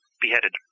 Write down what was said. beheaded